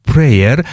Prayer